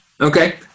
Okay